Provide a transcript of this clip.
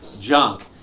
junk